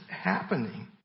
happening